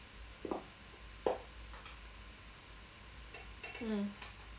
mm